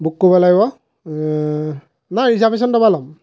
book কৰিব লাগিব নাই ৰিজাৰ্ভেশ্যন দবা ল'ম